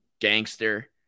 gangster